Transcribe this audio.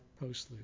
postlude